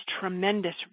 tremendous